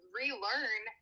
relearn